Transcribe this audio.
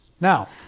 Now